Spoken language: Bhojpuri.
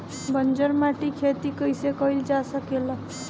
बंजर माटी में खेती कईसे कईल जा सकेला?